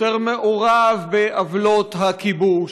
יותר מעורב בעוולות הכיבוש.